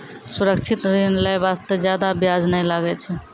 सुरक्षित ऋण लै बास्ते जादा बियाज नै लागै छै